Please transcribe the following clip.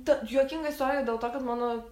ta juokinga istoriją dėl to kad mano